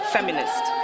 Feminist